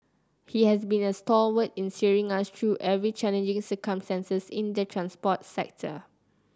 he has been a stalwart in steering us through every challenging circumstances in the transport sector